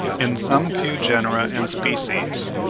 in some few genera and species,